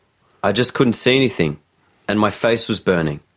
i just couldn't see anything and my face was burning.